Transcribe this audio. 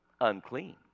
Unclean